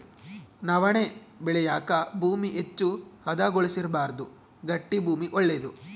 ನವಣೆ ಬೆಳೆಯಾಕ ಭೂಮಿ ಹೆಚ್ಚು ಹದಗೊಳಿಸಬಾರ್ದು ಗಟ್ಟಿ ಭೂಮಿ ಒಳ್ಳೇದು